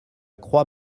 croix